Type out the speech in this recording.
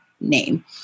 name